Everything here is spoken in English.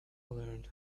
learned